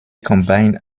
combine